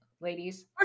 ladies